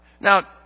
Now